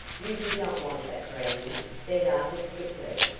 you did not want that brandy, said artis quickly.